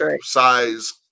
size